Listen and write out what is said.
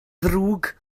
ddrwg